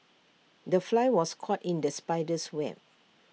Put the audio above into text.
the fly was caught in the spider's web